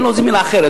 אין לזה מלה אחרת,